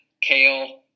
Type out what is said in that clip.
kale